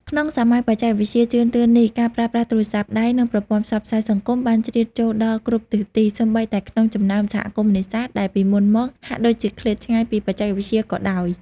ក្នុងសម័យបច្ចេកវិទ្យាជឿនលឿននេះ ការប្រើប្រាស់ទូរស័ព្ទដៃ និងប្រព័ន្ធផ្សព្វផ្សាយសង្គមបានជ្រៀតចូលដល់គ្រប់ទិសទី សូម្បីតែក្នុងចំណោមសហគមន៍នេសាទដែលពីមុនមកហាក់ដូចជាឃ្លាតឆ្ងាយពីបច្ចេកវិទ្យាក៏ដោយ។